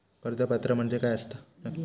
कर्ज पात्र म्हणजे काय असता नक्की?